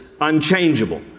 unchangeable